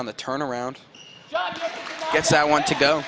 on the turnaround yes i want to go